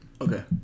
Okay